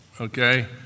Okay